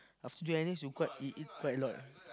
after join N_S you quite you eat quite a lot